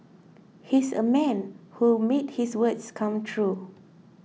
he's a man who made his words come true